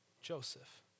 Joseph